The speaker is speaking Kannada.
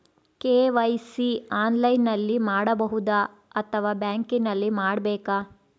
ಕೆ.ವೈ.ಸಿ ಆನ್ಲೈನಲ್ಲಿ ಮಾಡಬಹುದಾ ಅಥವಾ ಬ್ಯಾಂಕಿನಲ್ಲಿ ಮಾಡ್ಬೇಕಾ?